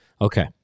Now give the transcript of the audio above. Okay